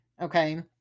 Okay